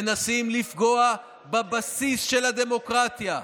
מנסים לפגוע בבסיס של הדמוקרטיה.